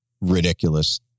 ridiculous